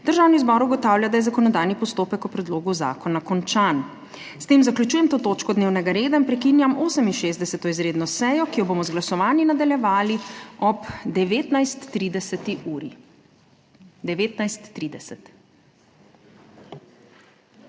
Državni zbor ugotavlja, da je zakonodajni postopek o predlogu zakona končan. S tem zaključujem to točko dnevnega reda in prekinjam 68. izredno sejo, ki jo bomo z glasovanji nadaljevali ob 19 30. uri. (Seja